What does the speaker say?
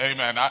Amen